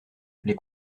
les